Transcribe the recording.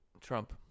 Trump